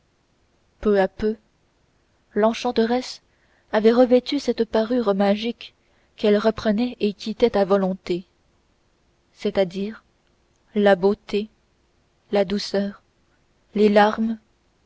peu à peu l'enchanteresse avait revêtu cette parure magique qu'elle reprenait et quittait à volonté c'est-àdire la beauté la douceur les larmes